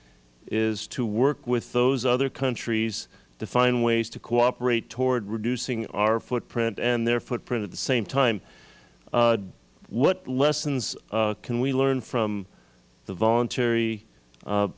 is to work with those other countries to find ways to cooperate toward reducing our footprint and their footprint at the same time what lessons can we learn from the voluntary